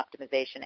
optimization